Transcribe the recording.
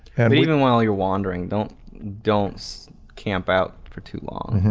and even while you're wandering, don't don't so camp out for too long.